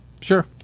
Sure